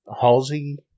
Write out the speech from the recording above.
halsey